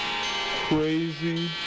crazy